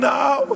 now